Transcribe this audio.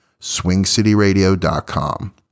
swingcityradio.com